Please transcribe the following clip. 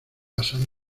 pasan